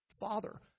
Father